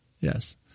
Yes